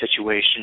situation